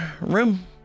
room